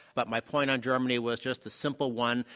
but my point on germany was just a simple one,